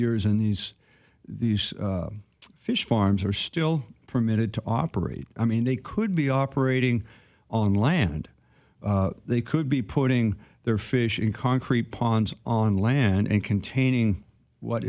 years in these these fish farms are still permitted to operate i mean they could be operating on land they could be putting their fish in concrete ponds on land and containing what